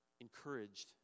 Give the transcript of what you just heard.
encouraged